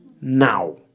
now